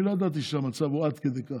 אני לא ידעתי שהמצב הוא עד כדי כך,